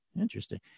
Interesting